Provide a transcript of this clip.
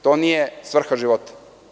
To nije svrha života.